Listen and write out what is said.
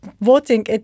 voting